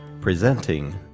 presenting